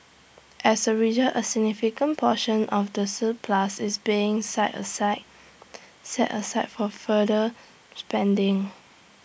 as A result A significant portion of the surplus is being set aside set aside for further spending